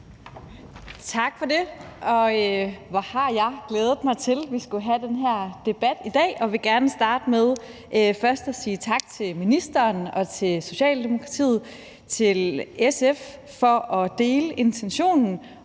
Tak for det. Hvor har jeg glædet mig til, at vi skulle have den her debat i dag, og jeg vil gerne starte med først at sige tak til ministeren og til Socialdemokratiet og til SF for at dele intentionen